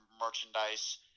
merchandise